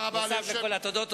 נוסף על כל התודות.